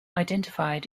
identified